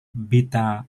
beta